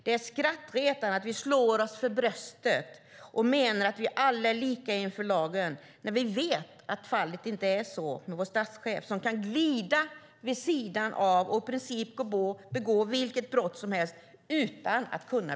Det är skrattretande att vi slår oss för bröstet och menar att vi alla är lika inför lagen när vi vet att så inte är fallet med vår statschef, som kan glida vid sidan av och i princip begå vilket brott som helst utan att bli åtalad.